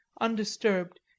undisturbed